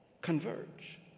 converge